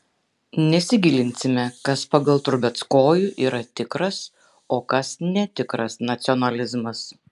nesigilinsime kas pagal trubeckojų yra tikras o kas netikras nacionalizmas